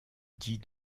dit